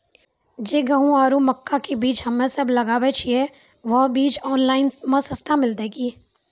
जे गेहूँ आरु मक्का के बीज हमे सब लगावे छिये वहा बीज ऑनलाइन मे सस्ता मिलते की?